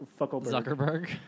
Zuckerberg